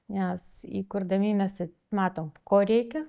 nes jį kurdami mes matom ko reikia